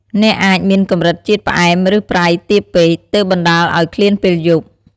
អ្នកអាចមានកម្រិតជាតិផ្អែមឬប្រៃទាបពេក ទើបបណ្តាលអោយឃ្លានពេលយប់។